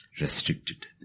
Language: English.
Restricted